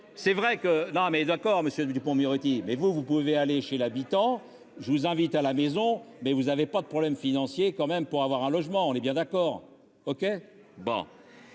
c'est vrai que non mais d'accord monsieur Dupond-Moretti. Mais vous, vous pouvez aller chez l'habitant. Je vous invite à la maison, mais vous avez pas de problèmes financiers quand même pour avoir un logement, on est bien d'accord OK